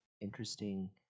interesting